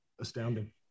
Astounding